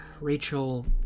Rachel